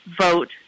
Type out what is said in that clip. vote